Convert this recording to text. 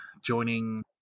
joining